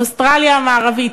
אוסטרליה המערבית,